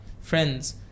Friends